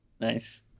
Nice